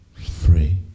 free